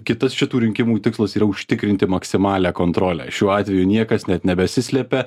kitas šitų rinkimų tikslas yra užtikrinti maksimalią kontrolę šiuo atveju niekas net nebesislepia